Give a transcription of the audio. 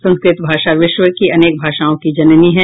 संस्कृत भाषा विश्व की अनेक भाषाओं की जननी है